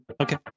Okay